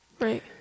Right